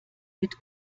mit